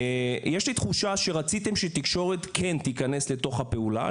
יש לי תחושה שרציתם שהתקשורת כן תיכנס לתוך הפעולה.